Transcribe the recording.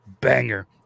banger